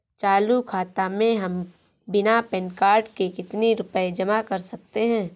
चालू खाता में हम बिना पैन कार्ड के कितनी रूपए जमा कर सकते हैं?